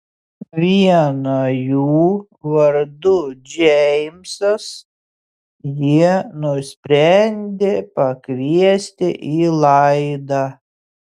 vieną jų vardu džeimsas jie nusprendė pakviesti į laidą